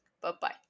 bye-bye